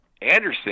Anderson